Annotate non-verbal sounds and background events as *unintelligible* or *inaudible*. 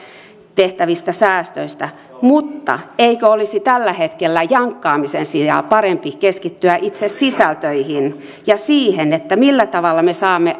tehtävistä säästöistä mutta eikö olisi tällä hetkellä jankkaamisen sijaan parempi keskittyä itse sisältöihin ja siihen millä tavalla me saamme *unintelligible*